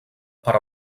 per